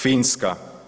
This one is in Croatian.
Finska.